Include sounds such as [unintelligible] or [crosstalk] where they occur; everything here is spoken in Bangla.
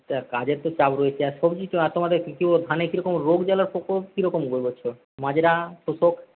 তা কাজের তো চাপ রয়েছে আর সবজি [unintelligible] তোমাদের [unintelligible] ধানে কীরকম রোগ জ্বালার প্রকোপ কীরকম [unintelligible] মাজরা তোষক